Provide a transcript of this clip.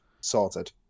sorted